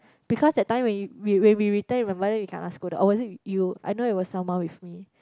because that time we we when we return with my mother we kena scolded or was it with you I know it was someone with me